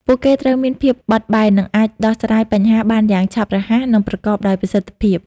ពួកគេត្រូវមានភាពបត់បែន និងអាចដោះស្រាយបញ្ហាបានយ៉ាងឆាប់រហ័ស និងប្រកបដោយប្រសិទ្ធភាព។